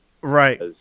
Right